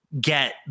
get